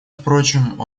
впрочем